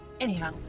Anyhow